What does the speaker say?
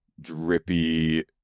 drippy